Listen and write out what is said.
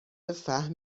فهم